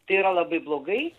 tai yra labai blogai